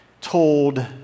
told